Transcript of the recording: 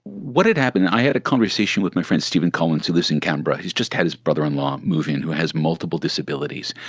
what had happened, i had a conversation with my friend steven collins who lives in canberra who has just had his brother-in-law move in who has multiple disabilities.